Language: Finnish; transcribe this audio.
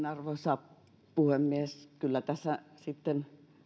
arvoisa puhemies kyllä sitten